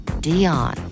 Dion